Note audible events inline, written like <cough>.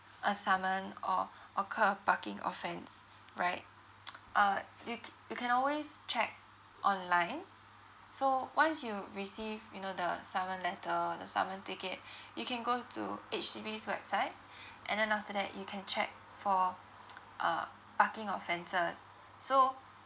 a summon or occur a parking offence right <noise> uh you you can always check online so once you received you know the summon letter the summon ticket you can go to H_D_B's website and then after that you can check for <noise> uh parking offences so